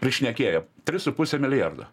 prišnekėjo tris su puse milijardo